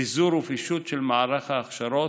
ביזור ופישוט של מערך ההכשרות,